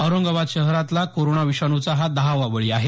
औरंगाबाद शहरातला कोरोना विषाणूचा हा दहावा बळी आहे